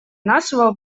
нашего